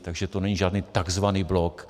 Takže to není žádný takzvaný bok.